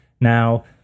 Now